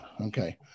Okay